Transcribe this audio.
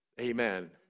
Amen